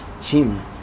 team